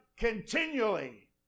continually